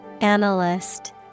Analyst